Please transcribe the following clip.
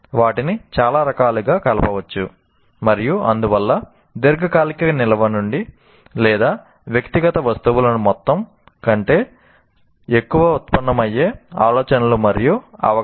వాటిని చాలా రకాలుగా కలపవచ్చు మరియు అందువల్ల దీర్ఘకాలిక నిల్వ నుండి లేదా వ్యక్తిగత వస్తువుల మొత్తం కంటే ఎక్కువ ఉత్పన్నమయ్యే ఆలోచనలు మరియు అవగాహన